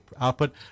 output